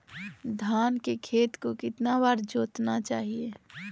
धान के खेत को कितना बार जोतना चाहिए?